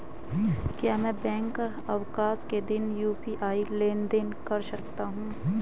क्या मैं बैंक अवकाश के दिन यू.पी.आई लेनदेन कर सकता हूँ?